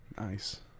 Nice